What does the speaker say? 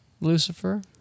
Lucifer